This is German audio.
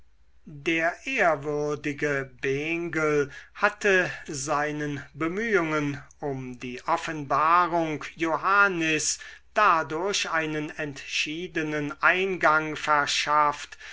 der ehrwürdige bengel hatte seinen bemühungen um die offenbarung johannis dadurch einen entschiedenen eingang verschafft